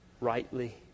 rightly